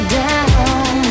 down